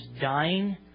dying